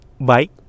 bike